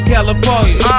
California